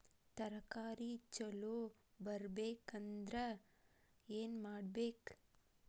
ತರಕಾರಿ ಛಲೋ ಬರ್ಬೆಕ್ ಅಂದ್ರ್ ಏನು ಮಾಡ್ಬೇಕ್?